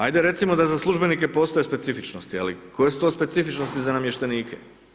Ajde recimo da za službenike postoji specifičnosti, ali koje su to specifičnosti za namještenike?